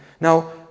Now